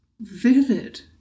Vivid